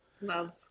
Love